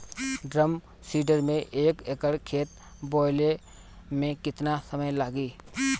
Drum seeder से एक एकड़ खेत बोयले मै कितना समय लागी?